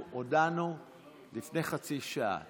הודענו לפני חצי שעה.